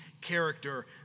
character